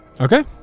Okay